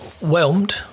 whelmed